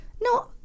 No